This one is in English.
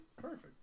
Perfect